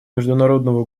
международного